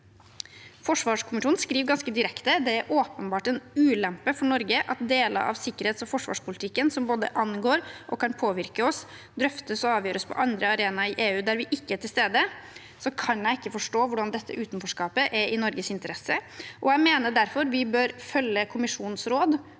Forsvarskommisjonen skriver ganske direkte: «Det er åpenbart en ulempe for Norge at deler av sikkerhets- og forsvarspolitikken som både angår og kan påvirke oss drøftes og avgjøres på arenaer i EU der vi ikke er til stede.» Da kan jeg ikke forstå hvordan dette utenforskapet er i Norges interesse. Jeg mener derfor vi bør følge kommisjonens råd